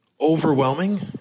overwhelming